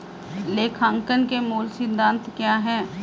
लेखांकन के मूल सिद्धांत क्या हैं?